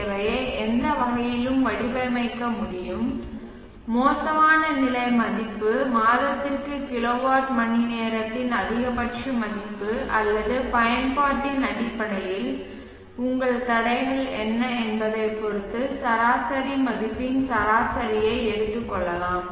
தேவையை எந்த வகையிலும் வடிவமைக்க முடியும் மோசமான நிலை மதிப்பு மாதத்திற்கு கிலோவாட் மணிநேரத்தின் அதிகபட்ச மதிப்பு அல்லது பயன்பாட்டின் அடிப்படையில் உங்கள் தடைகள் என்ன என்பதைப் பொறுத்து சராசரி மதிப்பின் சராசரியை எடுத்துக் கொள்ளலாம்